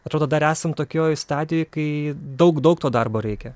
atrodo dar esam tokioj stadijoj kai daug daug to darbo reikia